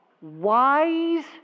wise